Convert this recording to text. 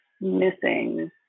missing